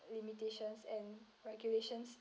limitations and regulations